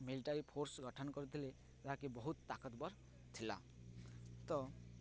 military force ଗଠନ କରୁଥିଲେ ଯହାକି ବହୁତ ତାକତବର ଥିଲା ତ